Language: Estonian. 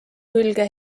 külge